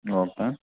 okay